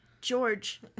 George